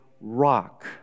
rock